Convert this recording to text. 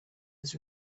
was